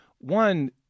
one